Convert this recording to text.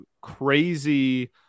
crazy